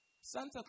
Santa